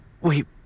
Wait